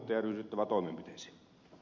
niin kuin ed